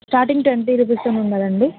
starting twenty రూపీస్తోని ఉన్నది అండి